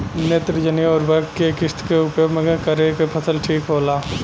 नेत्रजनीय उर्वरक के केय किस्त मे उपयोग करे से फसल ठीक होला?